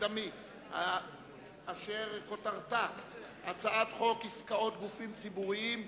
מקדמי אשר כותרתה הצעת חוק עסקאות גופים ציבוריים (תיקון,